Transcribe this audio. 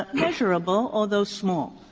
measurable, although small?